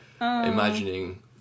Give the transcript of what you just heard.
imagining